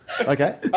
Okay